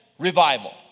Revival